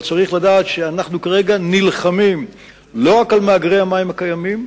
אבל צריך לדעת שאנחנו כרגע נלחמים לא רק על מאגרי המים הקיימים,